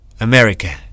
America